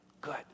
good